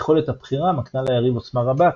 יכולת הבחירה מקנה ליריב עוצמה רבה,